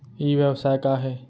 ई व्यवसाय का हे?